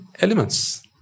elements